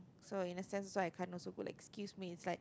so in a sense so I can't also go like excuse me it's like